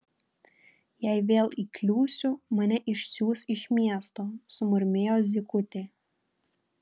jei vėl įkliūsiu mane išsiųs iš miesto sumurmėjo zykutė